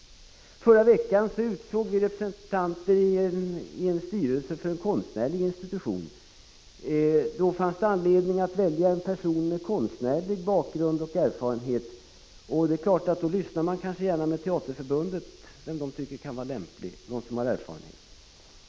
I förra veckan utsåg vi representanter i en styrelse för en konstnärlig institution. Det fanns då anledning att välja en person med konstnärlig bakgrund och erfarenhet, och det kunde vara naturligt att höra med Teaterförbundet vem som hade sådan erfarenhet och var lämplig för ett sådant uppdrag.